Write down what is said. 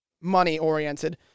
money-oriented